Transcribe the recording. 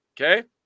Okay